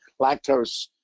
lactose